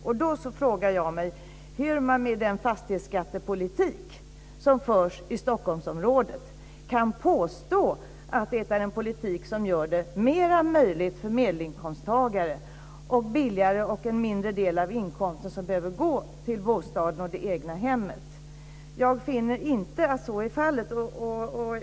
Jag frågar mig hur man med den fastighetsskattepolitik som förs i Stockholmsområdet kan påstå att det är en politik som gör det billigare för medelinkomsttagare och att det är en mindre del av inkomsten som behöver gå till bostaden och det egna hemmet. Jag finner inte att så är fallet.